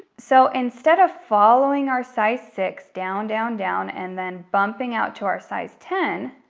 so instead of following our size six down, down, down, and then bumping out to our size ten,